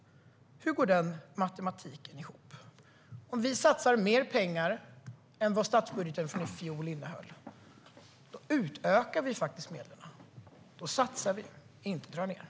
Hur går den matematiken ihop? Om vi satsar mer pengar än vad statsbudgeten för i fjol innehöll utökar vi faktiskt medlen. Då satsar vi och drar inte ned.